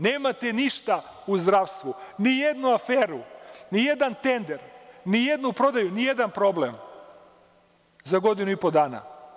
Nemate ništa u zdravstvu, nijednu aferu, nijedan tender, nijednu prodaju, nijedan problem za godinu i po dana.